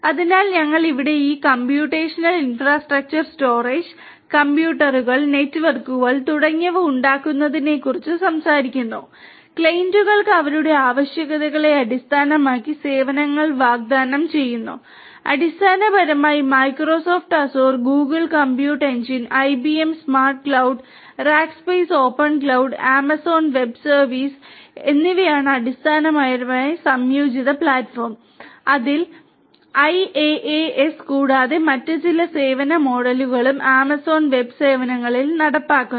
അതിനാൽ ഇവിടെ ഞങ്ങൾ ഈ കമ്പ്യൂട്ടേഷണൽ ഇൻഫ്രാസ്ട്രക്ചർ സ്റ്റോറേജ് ഉണ്ട് കൂടാതെ മറ്റ് ചില സേവന മോഡലുകളും ആമസോൺ വെബ് സേവനങ്ങളിലും നടപ്പിലാക്കുന്നു